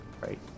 right